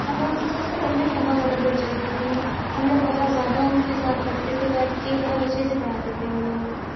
ہمیں ان ٹیچرس سے پڑھنے میں بہت زیادہ دلچسپی تھی ہم لوگ بہت زیادہ ان کے ساتھ پڑھتے تھے بیٹھ کے وہ بہت اچھے سے پڑھاتے تھے وہ لوگ